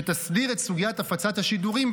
שתסדיר את סוגית הפצת השידורים,